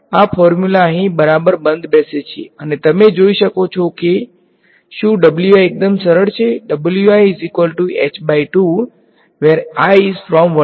આ ફોર્મ્યુલા અહીં બરાબર બંધ બેસે છે અને તમે જોઈ શકો છો કે શું ' એકદમ આગળ છે અને અન્ય માટે